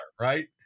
right